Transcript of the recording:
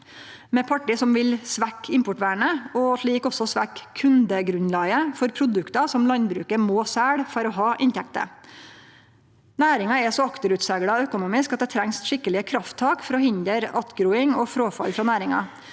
og med parti som vil svekkje importvernet og slik også svekkje kundegrunnlaget for produkt som landbruket må selje for å ha inntekter. Næringa er så økonomisk akterutsegla at det trengst skikkelege krafttak for å hindre attgroing og fråfall frå næringa.